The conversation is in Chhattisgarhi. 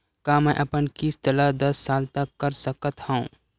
का मैं अपन किस्त ला दस साल तक कर सकत हव?